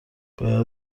باید